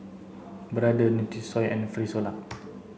brother Nutrisoy and Frisolac